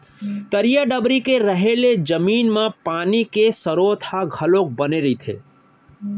तरिया डबरी के रहें ले जमीन म पानी के सरोत ह घलोक बने रहिथे